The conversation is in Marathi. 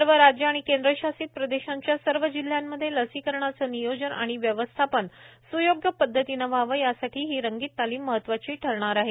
सर्व राज्य आणि केंद्र शासित प्रदेशांच्या सर्व जिल्ह्यांमध्ये लसीकरणाचे नियोजन आणि व्यवस्थापन स्योग्य पद्धतीने व्हावे यासाठी ही रंगीत तालीम महत्त्वाची ठरणार आहे